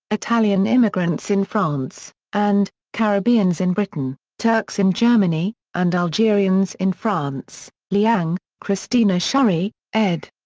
italian immigrants in france, and, caribbeans in britain, turks in germany, and algerians in france liang, christina schori, ed.